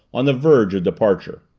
on the verge of departure.